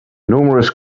numerous